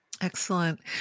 Excellent